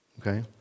Okay